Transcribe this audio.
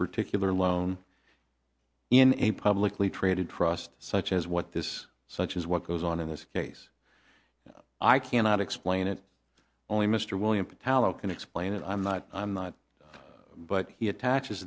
particular loan in a publicly traded trust such as what this such as what goes on in this case i cannot explain it only mr william tallow can explain it i'm not i'm not but he attaches